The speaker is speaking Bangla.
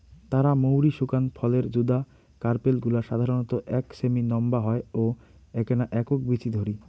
তারা মৌরি শুকান ফলের যুদা কার্পেল গুলা সাধারণত এক সেমি নম্বা হয় ও এ্যাকনা একক বীচি ধরি